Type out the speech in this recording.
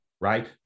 right